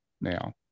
now